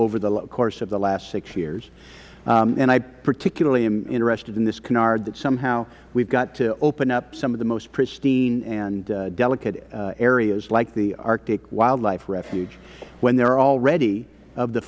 over the course of the last six years and i particularly am interested in this canard that somehow we have got to open up some of the most pristine and delicate areas like the arctic wildlife refuge when there are already of the